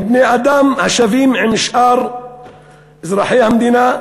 הם בני-אדם השווים לשאר אזרחי המדינה,